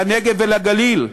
לנגב ולגליל.